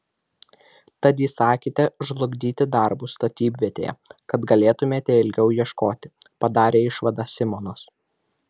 tad įsakėte žlugdyti darbus statybvietėje kad galėtumėte ilgiau ieškoti padarė išvadą simonas